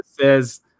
says